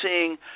seeing